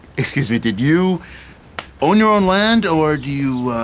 excuse me. did you own your own land or do you. ah,